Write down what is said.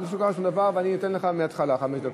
לא קרה שום דבר ואני אתן לך מההתחלה חמש דקות.